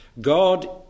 God